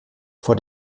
vor